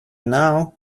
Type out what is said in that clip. now